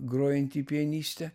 grojanti pianistė